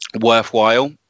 worthwhile